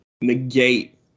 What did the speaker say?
negate